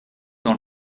dans